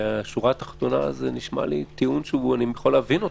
השורה התחתונה שזה נשמע לי טיעון שאני יכול להבין אותו,